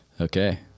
okay